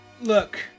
Look